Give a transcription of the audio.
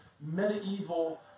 medieval